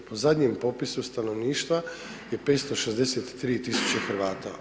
Po zadnjem popisu stanovništva je 563 tisuće Hrvata.